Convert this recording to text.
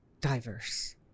diverse